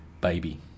Baby